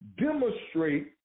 demonstrate